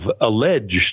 alleged